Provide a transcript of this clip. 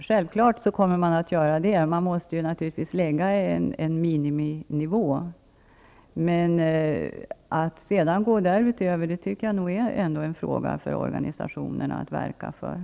Herr talman! Självfallet kommer man att göra det. Man måste naturligtvis fastställa en miniminivå. När det sedan gäller att gå därutöver tycker jag ändå att det är organisationerna som skall agera.